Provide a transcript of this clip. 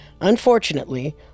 Unfortunately